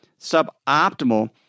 suboptimal